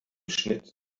schnitt